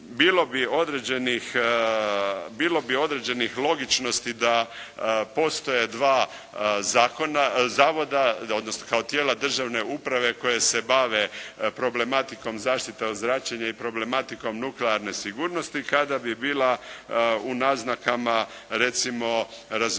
Bilo bi određenih logičnosti da postoje dva zakona, zavoda, odnosno kao tijela državne uprave koja se bave problematikom zaštite od zračenja i problematikom nuklearne sigurnosti kada bi bila u naznakama recimo razmatranje